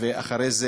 ואחרי זה